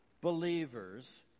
believers